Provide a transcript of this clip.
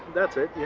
that's it.